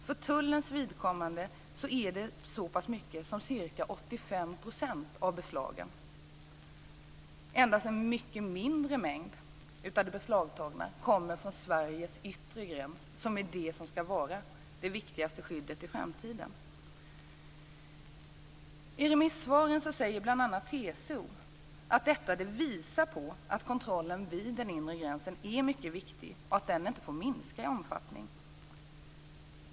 För tullens vidkommande är det så pass mycket som ca 85 % av beslagen. Endast en mycket mindre mängd av det beslagtagna kommer från Sveriges yttre gräns, som är det som skall vara det viktigaste skyddet i framtiden. I remissvaren säger bl.a. TCO att detta visar på att kontrollen vid den inre gränsen är mycket viktig och att den inte får minska i omfattning.